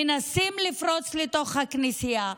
מנסה לפרוץ לתוך הכנסייה,